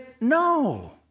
No